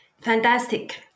Fantastic